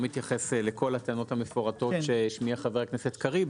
אני לא מתייחס לכל הטענות המפורטות שהשמיע חבר הכנסת קריב.